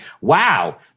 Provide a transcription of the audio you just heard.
wow